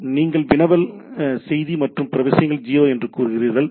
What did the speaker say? எனவே நீங்கள் வினவல் செய்தி மற்றும் பிற விஷயங்களை 0 எனக் கூறுகிறீர்கள்